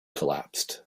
collapsed